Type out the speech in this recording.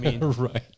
Right